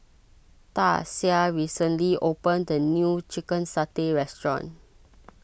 Dasia recently opened a new Chicken Satay restaurant